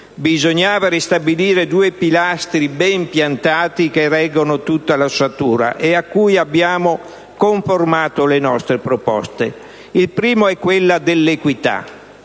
bisognava ristabilire due pilastri ben piantati che reggono tutta l'ossatura e a cui abbiamo conformato le nostre proposte. Il primo è quello dell'equità.